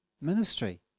ministry